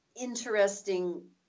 interesting